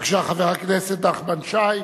בבקשה, חבר הכנסת נחמן שי,